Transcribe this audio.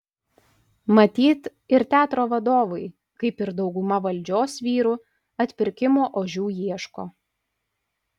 matyt ir teatro vadovai kaip ir dauguma valdžios vyrų atpirkimo ožių ieško